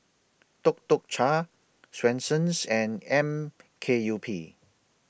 Tuk Tuk Cha Swensens and M K U P